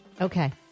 Okay